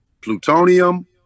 Plutonium